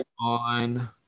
on